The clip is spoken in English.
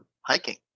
hiking